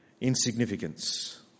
insignificance